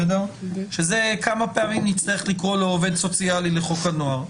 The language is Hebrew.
שזה כמה פעמים נצטרך לקרוא לעובד סוציאלי לחוק הנוער.